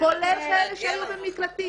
כולל כאלה שהיו במקלטים?